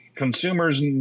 consumers